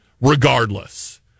regardless